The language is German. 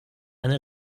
eine